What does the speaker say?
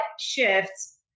shifts